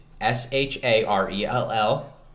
S-H-A-R-E-L-L